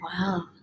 wow